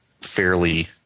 fairly